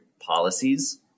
policies